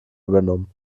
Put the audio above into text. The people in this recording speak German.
übernommen